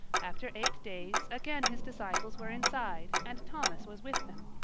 after eight days again his disciples were inside, and thomas was with them.